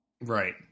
Right